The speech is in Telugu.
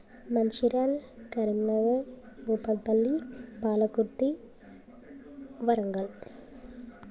మంచిర్యాల కరీంనగర్ కూకట్పల్లి పాలకుర్తి వరంగల్